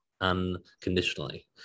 unconditionally